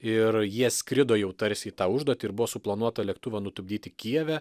ir jie skrido jau tarsi į tą užduotį ir buvo suplanuota lėktuvą nutupdyti kijeve